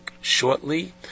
shortly